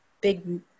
big